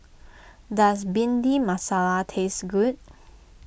does Bhindi Masala taste good